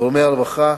גורמי הרווחה,